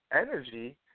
energy